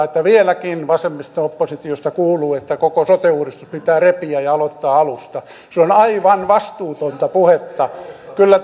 että vieläkin vasemmisto oppositiosta kuuluu että koko sote uudistus pitää repiä ja aloittaa alusta se on aivan vastuutonta puhetta kyllä